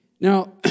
Now